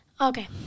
Okay